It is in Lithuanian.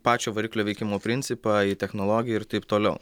pačio variklio veikimo principą į technologiją ir taip toliau